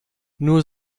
nur